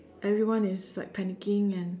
everyone is like panicking and